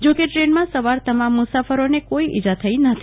જો કે ટ્રેનમાં સવાર તમામ મુસાફરોને કોઈ ઈજા થઈ નથી